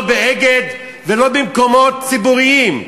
לא ב"אגד" ולא במקומות ציבוריים.